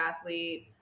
athlete